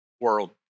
world